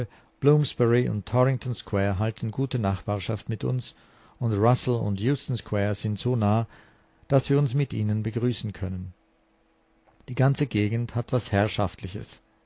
und torrington square halten gute nachbarschaft mit uns und rüssel und euston square sind so nah daß wir uns mit ihnen begrüßen können die ganze gegend hat was herrschaftliches